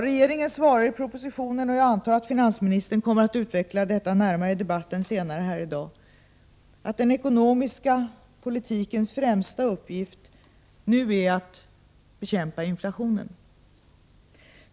Regeringen svarar i propositionen — och jag antar att finansministern kommer att utveckla det närmare i debatten senare här i dag — att den ekonomiska politikens främsta uppgift nu är att bekämpa inflationen.